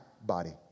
body